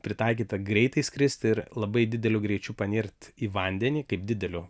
pritaikyta greitai skristi ir labai dideliu greičiu panirt į vandenį kaip dideliu